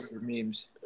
memes